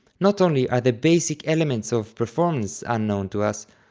not only are the basic elements of performance unknown to us,